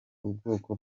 ubwoko